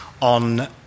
on